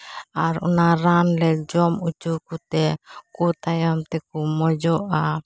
ᱟᱨ ᱚᱱᱟ ᱨᱟᱱ ᱞᱮ ᱡᱚᱢ ᱚᱪᱚ ᱠᱚᱛᱮ ᱠᱚ ᱛᱟᱭᱚᱢ ᱛᱮᱠᱚ ᱢᱚᱡᱚᱜᱼᱟ